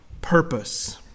purpose